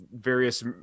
various